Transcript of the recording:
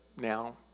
now